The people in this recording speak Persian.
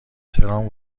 ترامپ